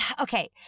Okay